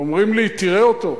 אומרים לי: תראה אותו,